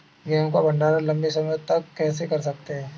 गेहूँ का भण्डारण लंबे समय तक कैसे कर सकते हैं?